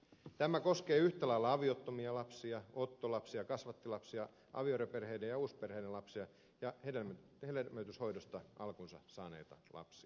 tämä koskee yhtä lailla aviottomia lapsia ottolapsia kasvattilapsia avioeroperheiden ja uusperheiden lapsia ja hedelmöityshoidosta alkunsa saaneita lapsia